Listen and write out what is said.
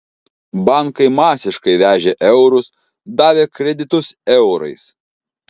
bankai masiškai vežė eurus davė kreditus eurais